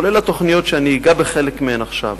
כולל התוכניות שאני אגע בחלק מהן עכשיו,